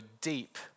deep